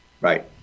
right